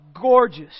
gorgeous